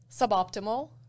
suboptimal